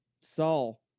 Saul